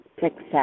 Success